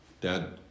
dad